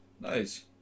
Nice